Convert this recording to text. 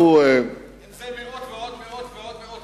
אם זה מאות ועוד מאות ועוד מאות,